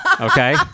Okay